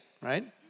right